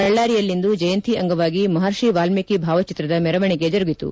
ಬಳ್ಳಾರಿಯಲ್ಲಿಂದು ಜಯಂತಿ ಅಂಗವಾಗಿ ಮಹರ್ಷಿ ವಾಲ್ಮೀಕಿ ಭಾವಚಿತ್ರದ ಮೆರವಣಿಗೆ ಜರುಗಿತು